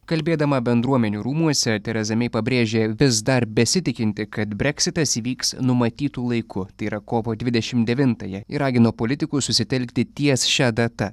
kalbėdama bendruomenių rūmuose tereza mei pabrėžė vis dar besitikinti kad breksitas įvyks numatytu laiku tai yra kovo dvidešimt devintąją ir ragino politikus susitelkti ties šia data